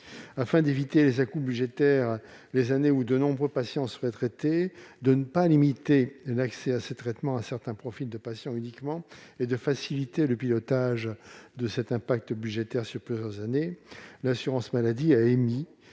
Afin d'éviter les à-coups budgétaires les années où de nombreux patients seraient traités, de ne pas limiter l'accès à ces traitements à certains profils de patients uniquement et de faciliter le pilotage de cet impact budgétaire sur plusieurs années, l'assurance maladie a émis